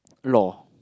loh